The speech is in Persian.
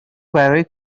برای